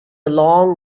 long